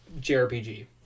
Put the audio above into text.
JRPG